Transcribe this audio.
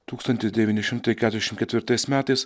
tūkstantis devyni šimtai keturiasdešimt ketvirtais metais